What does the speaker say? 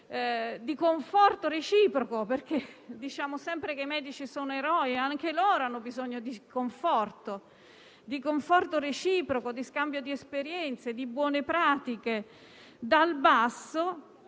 di conforto reciproco. Diciamo sempre che i medici sono eroi, ma anche loro hanno bisogno di conforto reciproco, di scambio di esperienze, di buone pratiche dal basso,